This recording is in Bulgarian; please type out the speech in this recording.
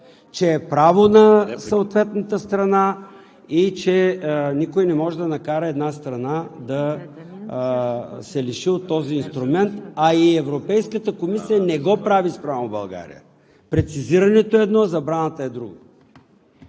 че е право на съответната страна и че никой не може да накара една страна да се лиши от този инструмент, а и Европейската комисия не го прави спрямо България. Прецизирането е едно, забраната е друго.